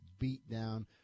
beatdown